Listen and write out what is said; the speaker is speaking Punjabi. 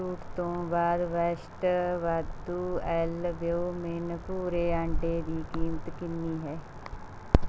ਛੂਟ ਤੋਂ ਬਾਅਦ ਬੈਸਟ ਵਾਧੂ ਐਲਬਿਊਮਿਨ ਭੂਰੇ ਅੰਡੇ ਦੀ ਕੀਮਤ ਕਿੰਨੀ ਹੈ